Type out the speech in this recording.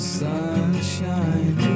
sunshine